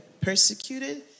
persecuted